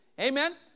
Amen